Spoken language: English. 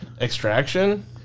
Extraction